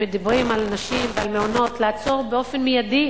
אם מדברים על נשים ועל מעונות, לעצור באופן מיידי